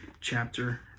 chapter